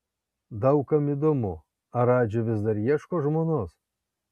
daug kam įdomu ar radži vis dar ieško žmonos